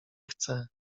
chce